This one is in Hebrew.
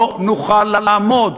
לא נוכל לעמוד,